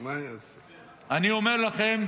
אני אומר לכם,